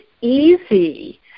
easy